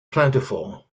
plentiful